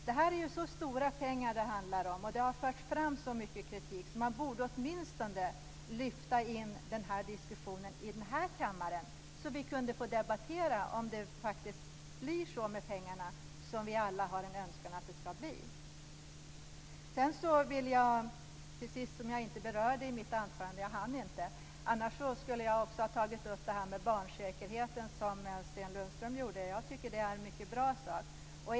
Det handlar om så stora pengar och det har förts fram så mycket kritik att man åtminstone borde lyfta in den här diskussionen i denna kammare, så att vi kunde få debattera om det blir så med pengarna som vi alla har en önskan att det ska bli. Till sist vill jag beröra det som jag inte hann med i mitt anförande. Jag skulle ha tagit upp barnsäkerheten, som Sten Lundström gjorde. Jag tycker att det är en mycket bra sak.